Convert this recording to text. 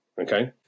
okay